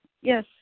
Yes